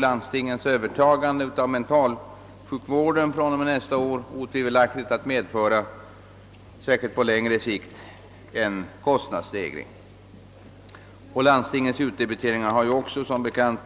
Landstingens övertagande av mentalsjukvården fr.o.m. nästa år kommer otvivelaktigt att medföra en kostnadsstegring, särskilt på längre sikt. Landstingens utdebiteringar har som bekant